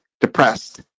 depressed